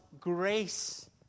grace